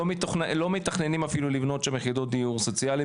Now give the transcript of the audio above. לא מתכננים אפילו לבנות שם יחידות דיור סוציאלי,